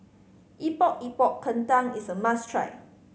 Epok Epok Kentang is a must try